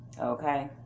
okay